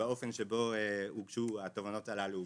באופן שבו הוגשו התובענות הללו